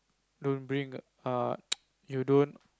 don't bring err you don't